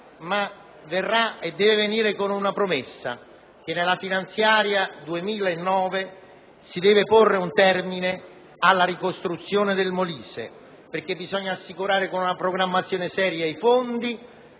verrà, ma deve venire con una promessa: nella finanziaria 2009 si deve porre un termine alla ricostruzione del Molise, perché bisogna assicurare i fondi con una programmazione seria. Il mio